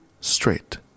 straight